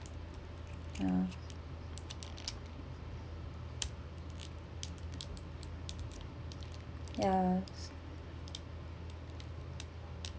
uh ya